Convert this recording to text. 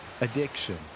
addiction